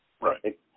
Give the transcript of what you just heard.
Right